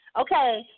Okay